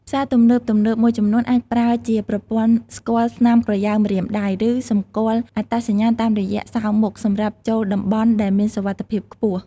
ផ្សារទំនើបៗមួយចំនួនអាចប្រើជាប្រព័ន្ធស្គាល់ស្នាមក្រយៅម្រាមដៃ ឬសម្គាល់អត្តសញ្ញាណតាមរយៈសោរមុខសម្រាប់ចូលតំបន់ដែលមានសុវត្ថិភាពខ្ពស់។